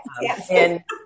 yes